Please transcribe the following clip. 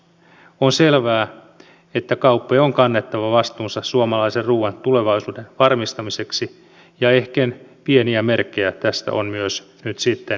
on selvää että kauppojen on kannettava vastuunsa suomalaisen ruoan tulevaisuuden varmistamiseksi ja ehkä pieniä merkkejä tästä myös on nyt sitten nähtävissä